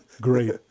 great